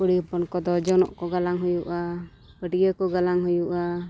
ᱠᱩᱲᱤ ᱦᱚᱯᱚᱱ ᱠᱚᱫᱚ ᱡᱚᱱᱚᱜ ᱠᱚ ᱜᱟᱞᱟᱝ ᱦᱩᱭᱩᱜᱼᱟ ᱯᱟᱹᱴᱭᱟᱹ ᱠᱚ ᱜᱟᱞᱟᱝ ᱦᱩᱭᱩᱜᱼᱟ